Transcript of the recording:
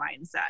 mindset